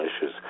issues